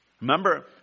Remember